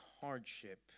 hardship